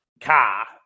car